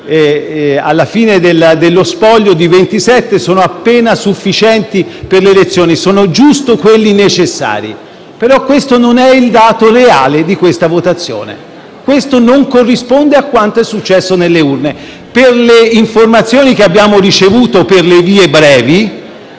alla fine dello spoglio sono appena sufficienti per l'elezione, sono giusto quelli necessari, ma questo non è il dato reale di tale votazione. Questo non corrisponde a quanto è successo nelle urne. Per le informazioni che abbiamo ricevuto per le vie brevi,